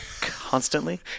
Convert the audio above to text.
Constantly